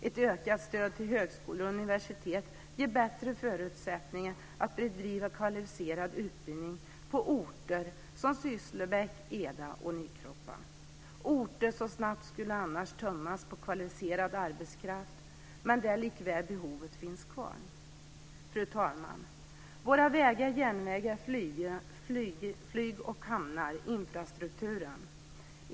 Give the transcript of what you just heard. Ett ökat stöd till högskolor och universitet ger bättre förutsättningar att bedriva kvalificerad utbildning på orter som Sysslebäck, Eda och Nykroppa, orter som annars snabbt skulle tömmas på kvalificerad arbetskraft, men där likväl behovet finns kvar. Fru talman! Våra vägar, järnvägar flyg och hamnar är vår infrastruktur.